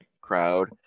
crowd